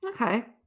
Okay